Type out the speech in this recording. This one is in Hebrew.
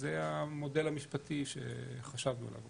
זה המודל המשפטי שחשבנו עליו,